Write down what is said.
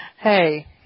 Hey